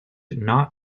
not